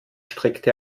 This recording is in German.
strickte